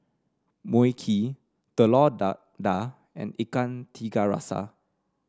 Mui Kee Telur Dadah and Ikan Tiga Rasa